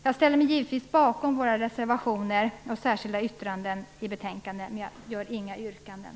Jag står givetvis bakom våra reservationer och särskilda yttranden i betänkandet, men jag har inga yrkanden.